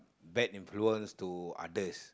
bad influence to others